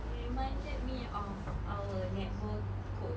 you reminded me of our netball coach